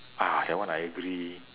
ah that one I agree